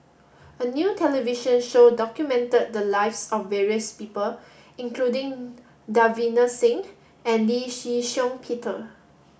a new television show documented the lives of various people including Davinder Singh and Lee Shih Shiong Peter